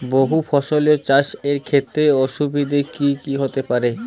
বহু ফসলী চাষ এর ক্ষেত্রে অসুবিধে কী কী হতে পারে?